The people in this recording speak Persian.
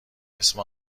اسم